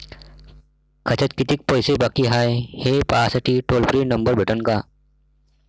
खात्यात कितीकं पैसे बाकी हाय, हे पाहासाठी टोल फ्री नंबर भेटन का?